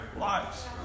lives